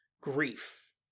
grief